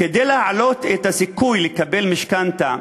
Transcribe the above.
כדי להעלות את הסיכוי לקבל משכנתה,